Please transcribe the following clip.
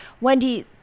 wendy